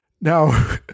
Now